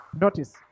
Notice